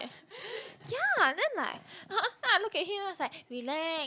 ya then like I then I look at him then I was like relax